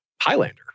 Highlander